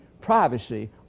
privacy